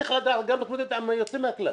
צריך להתמודד גם עם היוצאים מהכלל.